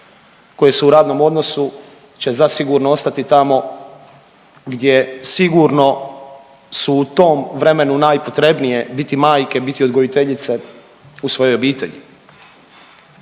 koje su u radnom odnosu će zasigurno ostati tamo gdje sigurno su u tom vremenu najpotrebnije, biti majke, biti odgojiteljice u svojoj obitelji.